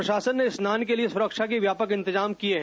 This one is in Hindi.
प्रशासन ने स्नान के लिए सुरक्षा के व्यापक इंतजाम किए गए हैं